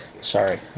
Sorry